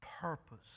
purpose